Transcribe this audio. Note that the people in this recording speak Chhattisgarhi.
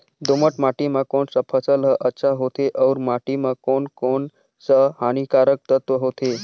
दोमट माटी मां कोन सा फसल ह अच्छा होथे अउर माटी म कोन कोन स हानिकारक तत्व होथे?